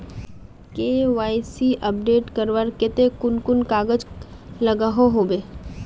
KYC update करवार केते कुन कुन कागज लागोहो होबे?